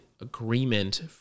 agreement